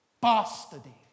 bastardy